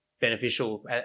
beneficial